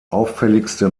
auffälligste